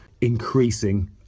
increasing